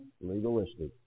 Legalistic